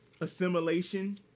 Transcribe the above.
assimilation